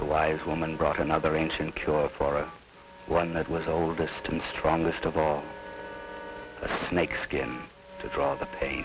the wise woman brought another ancient cure for a one that was the oldest and strongest of all snake skin to draw the pa